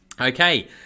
Okay